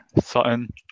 Sutton